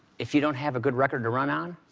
if you don't have a good record to run on,